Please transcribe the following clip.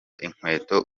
inkweto